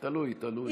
תלוי, תלוי.